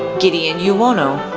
gideon yuwono,